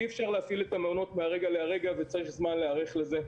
אי-אפשר להפעיל את המעונות מהרגע להרגע וצריך זמן להיערך לזה,